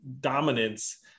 dominance